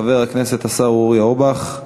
חבר הכנסת השר אורי אורבך,